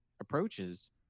approaches